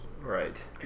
Right